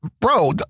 bro